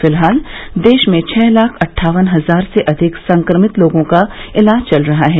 फिलहाल देश में छह लाख अट्ठावन हजार से अधिक संक्रमित लोगों का इलाज चल रहा है